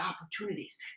opportunities